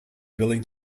willing